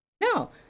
No